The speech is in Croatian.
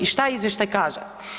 I šta izvještaj kaže?